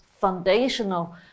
foundational